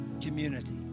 community